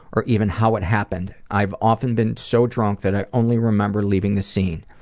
or even how it happened. i've often been so drunk that i only remember leaving the scene.